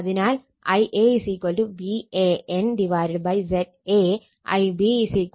അതിനാൽ Ia VAN ZA Ib VBN ZB